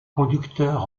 conducteur